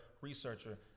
researcher